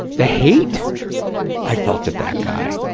the hate i felt at that guy.